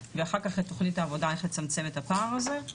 ותוכנית העבודה איך לצמצם את הפער הזה.